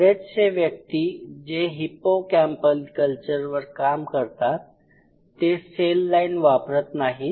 बरेचसे व्यक्ती जे हिप्पोकॅम्पल कल्चरवर काम करतात ते सेल लाईन वापरत नाहीत